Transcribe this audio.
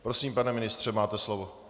Prosím, pane ministře, máte slovo.